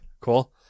cool